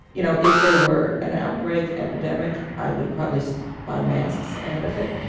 you know, if there were an outbreak, epidemic, i would probably buy masks ahead of it.